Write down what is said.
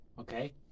okay